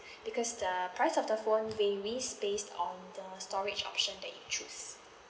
because the price of the phone varies based on the storage options that you choose